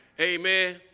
amen